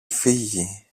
φύγει